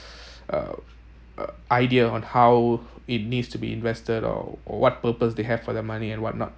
uh uh idea on how it needs to be invested or or what purpose they have for their money and whatnot